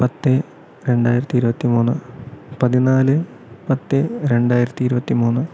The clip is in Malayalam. പത്ത് രണ്ടായിരത്തി ഇരുപത്തി മൂന്ന് പതിനാല് പത്ത് രണ്ടായിരത്തി ഇരുപത്തി മൂന്ന്